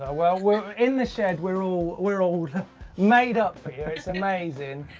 ah well, we're in the shed, we're all we're all made up for, yeah it's amazing.